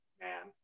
man